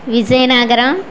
Vizianagaram